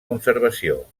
conservació